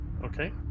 okay